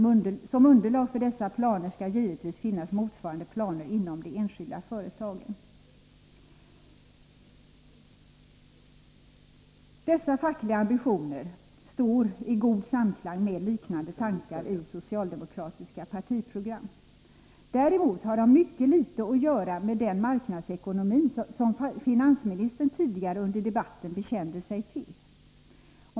Som underlag för dessa planer skall givetvis finnas motsvarande planer inom de enskilda företagen. Dessa fackliga ambitioner står i god samklang med liknande tankar i det socialdemokratiska partiprogrammet. Däremot har de mycket litet att göra med den marknadsekonomi som finansministern tidigare under debatten bekände sig till.